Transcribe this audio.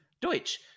Deutsch